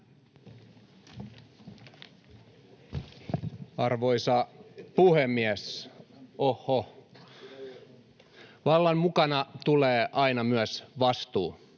Arvoisa puhemies! Ohhoh. — Vallan mukana tulee aina myös vastuu.